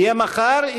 יהיה מחר,